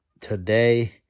today